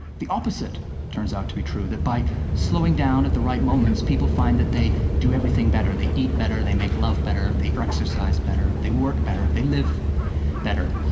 the opposite turns out to be true that by slowing down at the right moments, people find that they do everything better. they eat better they make love better they exercise better they work better they live better.